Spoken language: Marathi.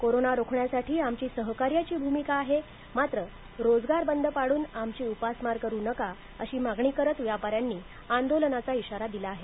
कोरोना रोखण्यासाठी आमची सहकार्याची भूमिका आहे मात्र रोजगार बंद पाडून आमची उपासमार करू नका अशी मागणी करत व्यापाऱ्यांनी आंदोलनाचा इशारा दिला आहे